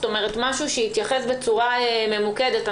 כלומר משהו שיתייחס בצורה ממוקדת?